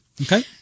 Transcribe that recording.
Okay